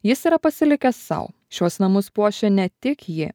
jis yra pasilikęs sau šiuos namus puošia ne tik ji